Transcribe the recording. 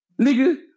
Nigga